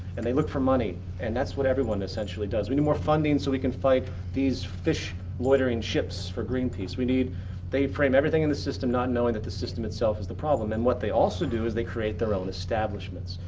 and they look for money. and that's what everyone essentially does. we need more funding so we can fight these fish loitering ships for greenpeace. they frame they frame everything in the system not knowing that the system itself is the problem. and what they also do is they create their own establishments.